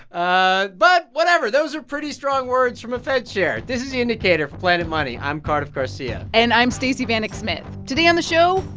ah but whatever. those are pretty strong words from a fed chair. this is the indicator from planet money. i'm cardiff garcia and i'm stacey vanek smith. today on the show,